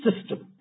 system